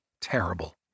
terrible